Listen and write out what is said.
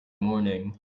morning